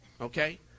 Okay